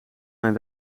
mijn